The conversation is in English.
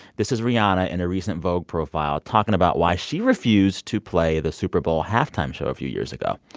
this is rihanna in a recent vogue profile talking about why she refused to play the super bowl halftime show a few years ago.